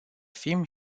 fim